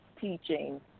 teaching